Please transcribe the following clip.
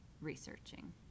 researching